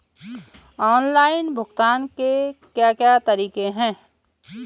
Online भुगतान के क्या क्या तरीके हैं?